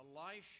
Elisha